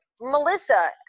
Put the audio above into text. Melissa